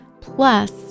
plus